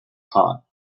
hot